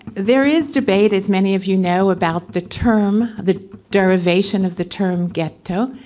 there is debate, as many of you know, about the term, the derivation of the term ghetto.